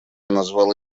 назвал